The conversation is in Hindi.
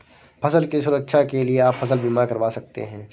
फसल की सुरक्षा के लिए आप फसल बीमा करवा सकते है